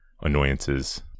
annoyances